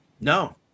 No